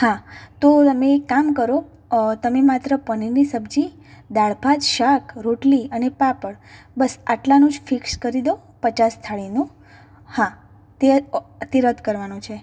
હા તો તમે એક કામ કરો અ તમે માત્ર પનીરની સબ્જી દાળ ભાત શાક રોટલી અને પાપડ બસ આટલાનું જ ફિક્સ કરી દો પચાસ થાળીનું હા તે ઓ તે રદ કરવાનો છે